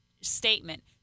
statement